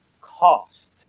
cost